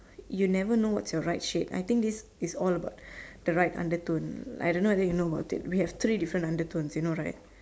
you never know what's your right shade I think this is all about the right undertone I don't know whether you know about it we have three different undertone you know right